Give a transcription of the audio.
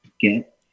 get